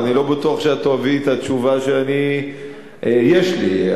אבל אני לא בטוח שאת תאהבי את התשובה שיש לי.